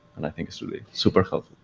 and i think it's super helpful.